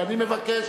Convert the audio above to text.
ואני מבקש,